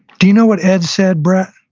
you know what ed said, brett?